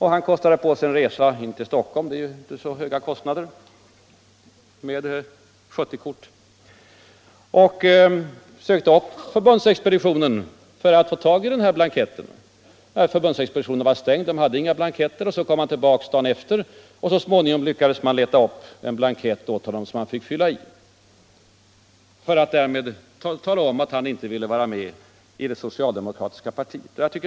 Han kostade på sig en resa in till Stockholm — det är inte så höga kostnader med 70-kortet. Han sökte upp förbundsexpeditionen för att få tag i den här blanketten, men expeditionen var stängd. Sedan kom han tillbaka dagen efter och så småningom lyckades man leta upp en blankett åt honom att fylla i för att därmed tala om att han inte ville vara med i det socialdemokratiska partiet.